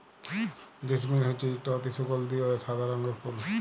জেসমিল হছে ইকট অতি সুগাল্ধি অ সাদা রঙের ফুল